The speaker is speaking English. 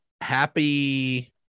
happy